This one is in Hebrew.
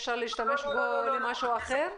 אפשר להשתמש בו למשהו אחר?